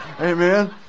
Amen